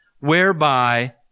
whereby